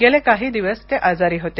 गेले काही दिवस ते आजारी होते